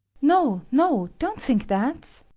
no, no, don't think that!